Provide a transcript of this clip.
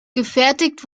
gefertigt